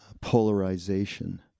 polarization